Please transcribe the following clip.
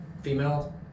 female